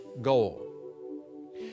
goal